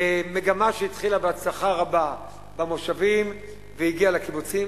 מגמה שהתחילה בהצלחה רבה במושבים והגיעה לקיבוצים,